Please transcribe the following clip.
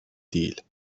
değil